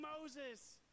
Moses